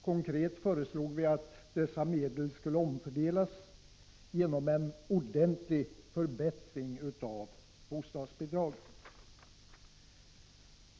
Konkret föreslog vi att dessa medel skulle omfördelas genom en ordentlig förbättring av bostadsbidragen.